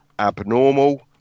Abnormal